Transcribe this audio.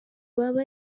baba